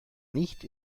nicht